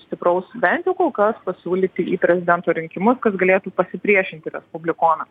stipraus bent jau kol kas pasiūlyti į prezidento rinkimus kad galėtų pasipriešinti respublikonam